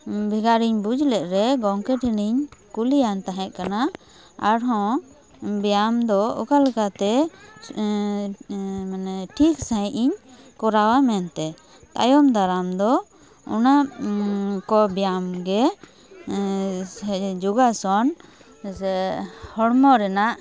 ᱵᱷᱮᱜᱟᱨ ᱤᱧ ᱵᱩᱡ ᱞᱮᱫ ᱨᱮ ᱜᱚᱝᱠᱮ ᱴᱷᱮᱱᱤᱧ ᱠᱩᱞᱤᱭᱟᱱ ᱛᱟᱦᱮᱸ ᱠᱟᱱᱟ ᱟᱨᱦᱚᱸ ᱵᱮᱭᱟᱢ ᱫᱚ ᱚᱠᱟᱞᱮᱠᱟ ᱛᱮ ᱢᱟᱱᱮ ᱴᱷᱤᱠ ᱥᱟᱹᱦᱤᱡ ᱤᱧ ᱠᱚᱨᱟᱣᱟ ᱢᱮᱱᱛᱮ ᱛᱟᱭᱚᱢ ᱫᱟᱨᱟᱢ ᱫᱚ ᱚᱱᱟ ᱠᱚ ᱵᱮᱭᱟᱢ ᱜᱮ ᱡᱳᱜᱟᱥᱚᱱ ᱥᱮ ᱦᱚᱲᱢᱚ ᱨᱮᱱᱟᱜ